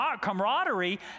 camaraderie